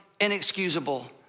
inexcusable